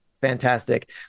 fantastic